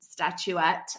Statuette